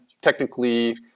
technically